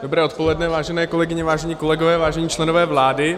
Dobré odpoledne, vážené kolegyně, vážení kolegové, vážení členové vlády.